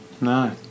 no